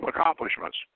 accomplishments